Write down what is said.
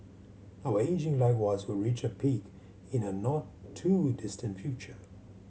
our ageing likewise will reach a peak in a not too distant future